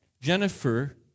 Jennifer